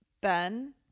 Ben